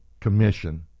Commission